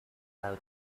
out